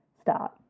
start